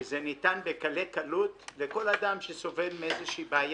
והם ניתנים בקלי קלות לכל אדם שסובל מאיזו בעיה,